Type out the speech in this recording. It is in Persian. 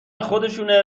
خودشونه